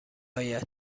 آید